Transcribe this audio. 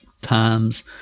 times